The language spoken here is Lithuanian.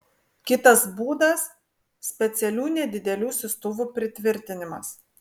kitas būdas specialių nedidelių siųstuvų pritvirtinimas